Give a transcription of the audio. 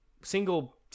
single